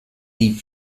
die